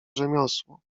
rzemiosło